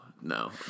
No